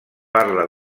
parla